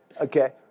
Okay